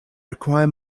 require